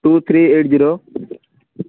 two three eight zero